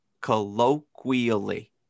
Colloquially